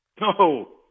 No